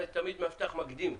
המאבטח תמיד היה מקדים.